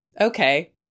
okay